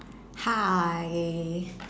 hi